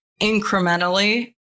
incrementally